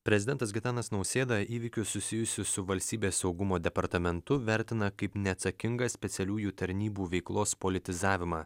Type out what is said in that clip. prezidentas gitanas nausėda įvykius susijusius su valstybės saugumo departamentu vertina kaip neatsakingą specialiųjų tarnybų veiklos politizavimą